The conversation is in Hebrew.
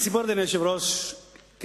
אדוני היושב-ראש, אני ממשיך את הסיפור.